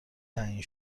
تعیین